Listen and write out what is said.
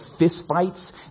fistfights